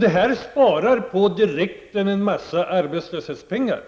Detta sparar på direkten en massa arbetslöshetspengar.